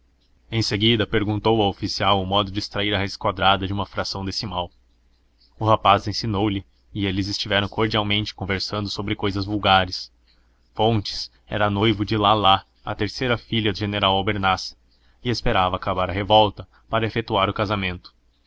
em seguida perguntou ao oficial o modo de extrair a raiz quadrada de uma fração decimal o rapaz ensinou-lhe e eles estiveram cordialmente conversando sobre cousas vulgares fontes era noivo de lalá a terceira filha do general albernaz e esperava acabar a revolta para efetuar o casamento